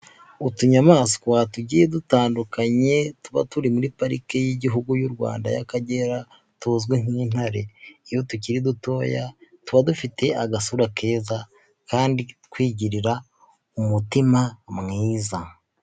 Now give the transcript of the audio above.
Utunyamaswa tugiye dutandukanye tuba turi muri Parike y'Igihugu y'u Rwanda y'Akagera tuzwi nk'intare, iyo tukiri dutoya tuba dufite agasura keza kandi twigirira umutima mwiza.